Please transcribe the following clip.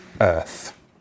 earth